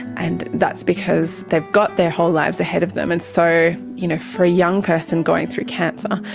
and that's because they have got their whole lives ahead of them. and so for you know for a young person going through cancer,